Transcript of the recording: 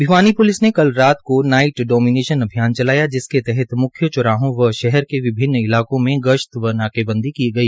Bhiwani police ने कल रात को नाइट डीमोनियन अभियान चलाया जिसके तहत म्ख्य चौराहो व शहर के विभिन्न इलाकों में गश्त व नाकेबंदी की गई